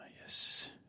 Yes